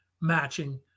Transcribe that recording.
matching